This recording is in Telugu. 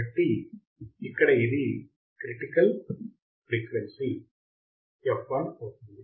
కాబట్టి ఇక్కడ ఇది క్రిటికల్ ఫ్రీక్వెన్సీ fl అవుతుంది